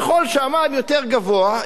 ככל שהמע"מ יותר גבוה,